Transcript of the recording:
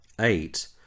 eight